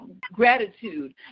gratitude